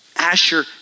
Asher